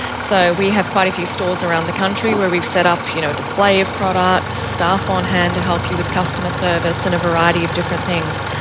so we have quite a few stores around the country where we've set up a you know display of products, staff on hand to help you with customer service and a variety of different things.